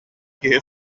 киһи